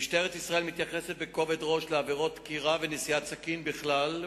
2. משטרת ישראל מתייחסת בכובד ראש לעבירות דקירה ונשיאת סכין בכלל,